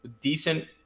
Decent